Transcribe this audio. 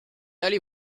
allez